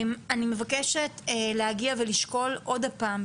אני מבקשת להגיע ולשקול עוד פעם,